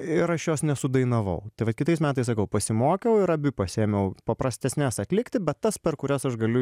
ir aš jos nesudainavau tai vat kitais metais sakau pasimokiau ir abi pasiėmiau paprastesnes atlikti bet tas per kurias aš galiu